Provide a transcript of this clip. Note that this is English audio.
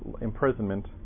imprisonment